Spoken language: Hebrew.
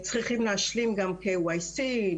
צריכים להשלים גם KYC,